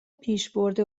پیشبرد